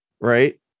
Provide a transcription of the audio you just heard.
Right